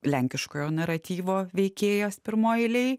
lenkiškojo naratyvo veikėjas pirmoj eilėj